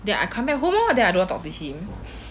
then I come back home or that I don't talk to him